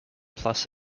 plus